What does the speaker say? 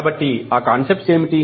కాబట్టి ఆ కాన్సెప్ట్స్ ఏమిటి